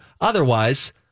Otherwise